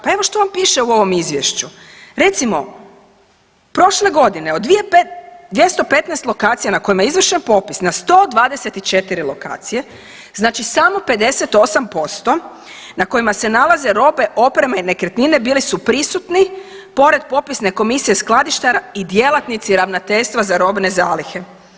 Pa evo što vam piše u ovom izvješću, recimo prošle godine od 215 lokacija na kojima je izvršen popis na 124 znači samo 58% na kojima se nalaze robe, opreme i nekretnine bili su prisutni pored popisne komisije i skladištara i djelatnici ravnateljstva za robne zalihe.